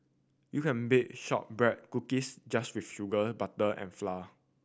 you can bake shortbread cookies just with sugar butter and flour